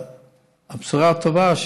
הבשורה הטובה היא